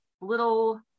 little